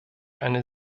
eine